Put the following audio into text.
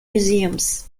museums